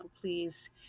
please